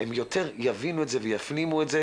הם יותר יבינו את זה ויפנימו את זה